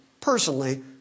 personally